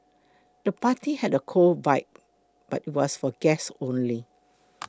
the party had a cool vibe but was for guests only